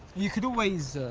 you could always,